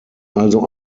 also